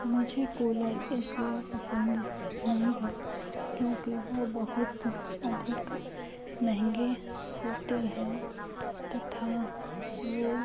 मुझे कूलर इस लिए पसंद नहीं हैं क्योंकि वो बहुत अधिक महंगे होते हैं तथा वो